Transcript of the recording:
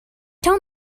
tell